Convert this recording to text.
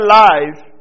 life